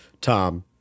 Tom